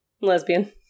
lesbian